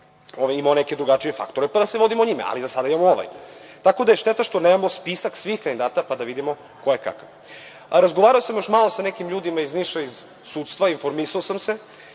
imao nešto drugačije faktore, pa da se vodimo njime, ali za sada imamo ovaj. Tako da je šteta što nemamo spisak svih kandidata pa da vidimo ko je kakav. Razgovarao sam još malo sa nekim ljudima iz Niša, iz sudstva, informisao sam se